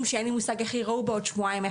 שאין לי מושג איך יראו בעוד שבועיים.